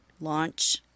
launch